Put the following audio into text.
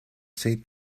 state